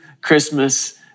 Christmas